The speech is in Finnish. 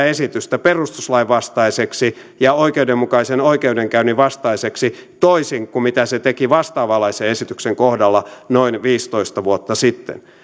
esitystä perustuslain vastaiseksi ja oikeudenmukaisen oikeudenkäynnin vastaiseksi toisin kuin mitä se teki vastaavanlaisen esityksen kohdalla noin viisitoista vuotta sitten